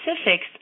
specifics